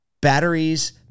batteries